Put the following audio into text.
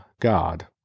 God